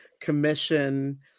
commission